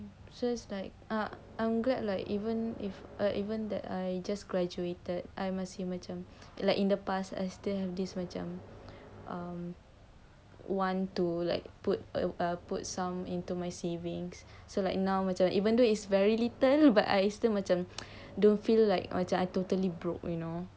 so it's like I I'm glad like even if or even that I just graduated I masih macam like in the past as they have this macam um want to like put uh put some into my savings so like now macam even though it's very little but I still them don't feel like I totally broke you know ya